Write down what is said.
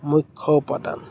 মুখ্য় উপাদান